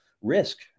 risk